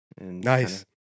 Nice